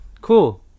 cool